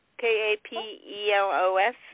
K-A-P-E-L-O-S